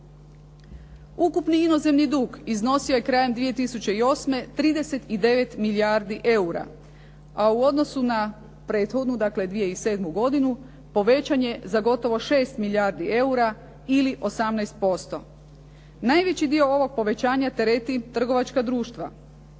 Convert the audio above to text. Ukupni inozemni dug iznosio je krajem 2008. 39 milijardi eura a u odnosu na prethodnu dakle 2007. godinu povećan je za gotovo 6 milijardi eura ili 18%. Najveći dio ovog povećanja tereti trgovačka društva.